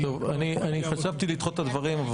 חשבתי לדחות את הדברים,